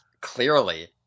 Clearly